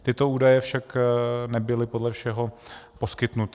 Tyto údaje však nebyly podle všeho poskytnuty.